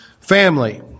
family